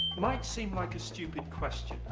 might seem like a stupid question,